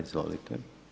Izvolite.